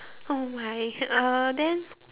oh my uh then